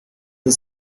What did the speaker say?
the